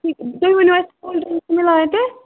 ٹھیٖک تُہۍ ؤنِو اَسہِ کولڈ ڈرٕنٛگ چھِ میلان اَتہِ